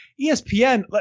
ESPN –